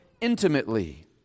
intimately